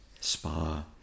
spa